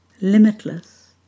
limitless